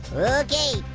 okay,